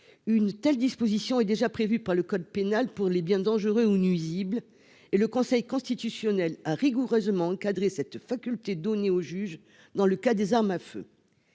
Une telle disposition est déjà prévue par le code pénal pour les biens dangereux ou nuisibles et le Conseil constitutionnel a rigoureusement encadré cette faculté donnée au juge dans le cas des armes à feu.